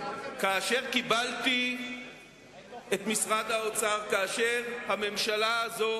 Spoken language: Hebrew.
כאשר קיבלתי את משרד האוצר, כאשר הממשלה הזאת